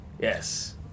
yes